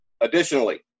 Additionally